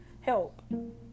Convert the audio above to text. Help